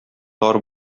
тар